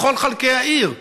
בכל חלקי העיר,